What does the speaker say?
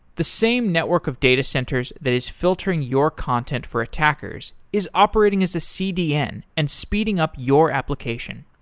the same network of data centers that is filtering your content for attackers is operating as a cdn and speeding up your application.